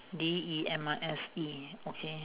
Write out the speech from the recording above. D E M I S E okay